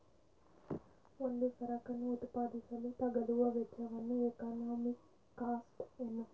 ಒಂದು ಸರಕನ್ನು ಉತ್ಪಾದಿಸಲು ತಗಲುವ ವೆಚ್ಚವನ್ನು ಎಕಾನಮಿಕ್ ಕಾಸ್ಟ್ ಎನ್ನುತ್ತಾರೆ